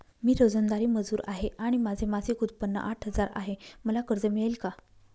मी रोजंदारी मजूर आहे आणि माझे मासिक उत्त्पन्न आठ हजार आहे, मला कर्ज मिळेल का?